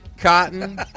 cotton